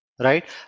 right